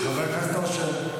גם אז הוא אמר "יהיה בסדר".